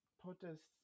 protests